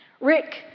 Rick